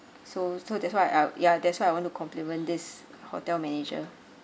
so so that's why I ya that's why I want to compliment this hotel manager